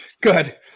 Good